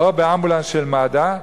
או באמבולנס של מד"א,